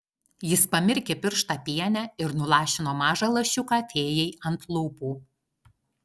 jis pamirkė pirštą piene ir nulašino mažą lašiuką fėjai ant lūpų